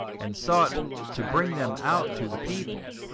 and sought to bring them out to the people.